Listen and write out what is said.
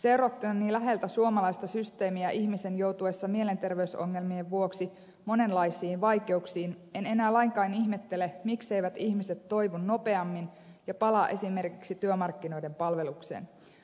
seurattuani läheltä suomalaista systeemiä ihmisen joutuessa mielenterveysongelmien vuoksi monenlaisiin vaikeuksiin en enää lainkaan ihmettele mikseivät ihmiset toivu nopeammin ja palaa esimerkiksi työmarkkinoiden palvelukseen